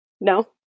No